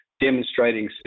demonstrating